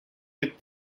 with